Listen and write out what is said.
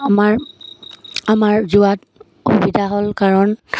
আমাৰ আমাৰ যোৱাত সুবিধা হ'ল কাৰণ